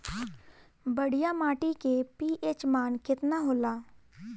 बढ़िया माटी के पी.एच मान केतना होला?